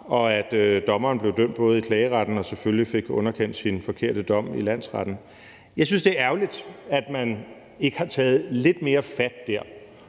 og at dommeren blev dømt både i klageretten og selvfølgelig fik underkendt sin forkerte dom i landsretten. Jeg synes, det er ærgerligt, at man ikke har taget lidt mere fat dér.